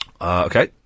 Okay